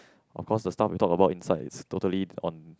of course the stuff we talk about inside is totally on